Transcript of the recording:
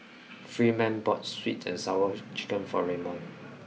freeman bought sweet and sour chicken for Raymon